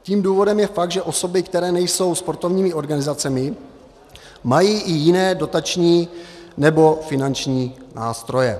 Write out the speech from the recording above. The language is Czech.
Tím důvodem je fakt, že osoby, které nejsou sportovními organizacemi, mají i jiné dotační nebo finanční nástroje.